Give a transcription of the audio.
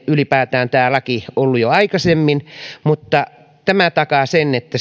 ylipäätään aika monimutkainen jo aikaisemmin mutta tämä takaa sen että